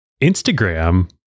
Instagram